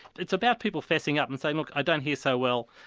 it's about people fessing up and saying look, i don't hear so well,